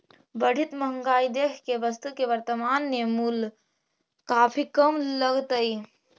बढ़ित महंगाई देख के वस्तु के वर्तनमान मूल्य काफी कम लगतइ